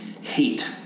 hate